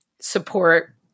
support